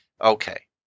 okay